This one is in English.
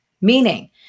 Meaning